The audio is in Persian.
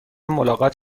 ملاقات